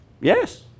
Yes